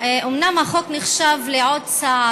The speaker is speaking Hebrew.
אומנם החוק נחשב לעוד צעד,